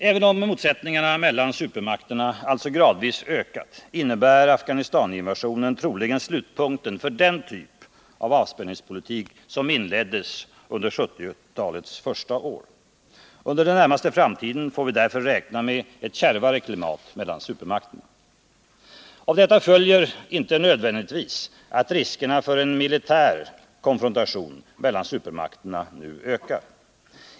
Även om motsättningarna mellan supermakterna alltså gradvis ökat, innebär Afghanistaninvasionen troligen slutpunkten för den typ av avspänningspolitik som inleddes under 1970-talets första år. Under den närmaste framtiden får vi därför räkna med ett kärvare klimat mellan supermakterna. Av detta följer inte nödvändigtvis att riskerna för en militär konfrontation mellan supermakterna nu ökar.